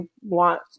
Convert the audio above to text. want